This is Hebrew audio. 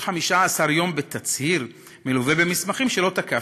15 יום בתצהיר מלווה במסמכים שלא תקפתי.